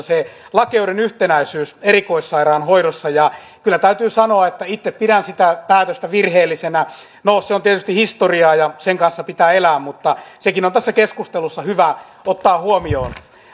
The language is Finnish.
se lakeuden yhtenäisyys erikoissairaanhoidossa kyllä täytyy sanoa että itse pidän sitä päätöstä virheellisenä no se on tietysti historiaa ja sen kanssa pitää elää mutta sekin on tässä keskustelussa hyvä ottaa huomioon